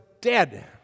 dead